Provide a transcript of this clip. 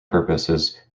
purposes